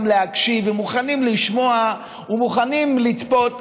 להקשיב ומוכנים לשמוע ומוכנים לצפות,